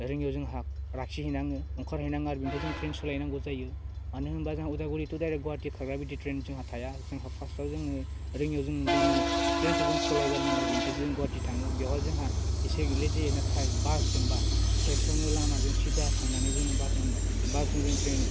रङियायाव जोंहा लाखि हैनाङो ओंखारहैनाङो आरो बिनिफ्राय जों ट्रेन सोलायनांगौ जायो मानो होमबा जोंहा उदालगुरि थु डाइरेक्ट गुहाटि खारग्रा बिदि ट्रेन जोंहा थाया जोंहा पास्टआव जोङो रङियायाव जोङो गावनि ट्रेनखौ जोङो सोलायग्रोनाङो बिनिफ्रायसो जों गुहाटि थाङो बेवहा जोंहा इसे लेट जायो नाथाय बासजोंबा खेबसेयावनो लामाजों सिदा थांनानै जोङो बासजों बासजों जों ट्रेन